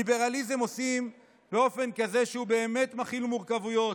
ליברליזם עושים באופן כזה שהוא באמת יכיל מורכבויות,